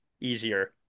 easier